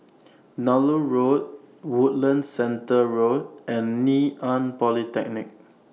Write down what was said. Nallur Road Woodlands Center Road and Ngee Ann Polytechnic